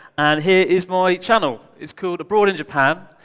and here is my channel. it's called abroad in japan.